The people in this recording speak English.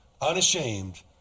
unashamed